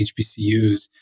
HBCUs